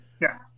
yes